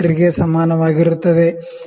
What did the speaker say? ಗೆ ಸಮಾನವಾಗಿರುತ್ತದೆ